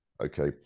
Okay